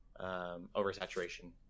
oversaturation